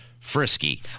Frisky